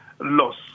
loss